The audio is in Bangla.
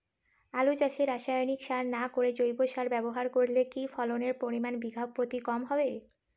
আলু চাষে রাসায়নিক সার না করে জৈব সার ব্যবহার করলে কি ফলনের পরিমান বিঘা প্রতি কম হবে?